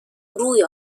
روی